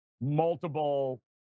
multiple